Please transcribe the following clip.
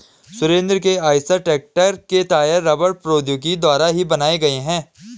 सुरेंद्र के Eicher tractor के tyre रबड़ प्रौद्योगिकी द्वारा ही बनाए गए हैं